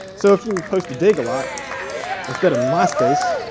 so if you post a dig a lot instead of myspace,